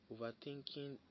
overthinking